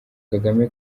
kagame